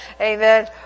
Amen